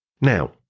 Now